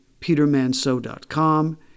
PeterManso.com